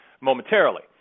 momentarily